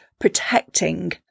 protecting